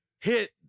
hit